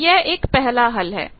तो यह एक पहला हल है